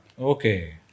Okay